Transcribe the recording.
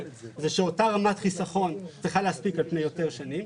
זה שאותה רמת חסכון צריכה להספיק על פני יותר שנים.